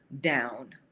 down